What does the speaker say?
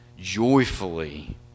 joyfully